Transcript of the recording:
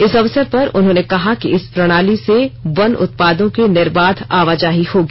इस अवसर पर उन्होंने कहा कि इस प्रणाली से वन उत्पादों की निर्बाध आवाजाही होगी